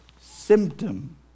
symptom